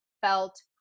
felt